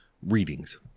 readings